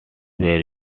were